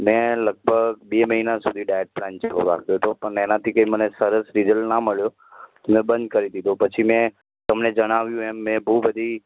મેં લગભગ બે મહિના સુધી ડાયટ પ્લાન ચાલુ રાખ્યો હતો પણ એનાથી કંઈ મને સરસ રીઝલ્ટ ના મળ્યું મેં બંધ કરી દીધો પછી મેં તમને જણાવ્યું એમ મેં બહુ બધી